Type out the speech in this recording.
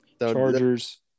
Chargers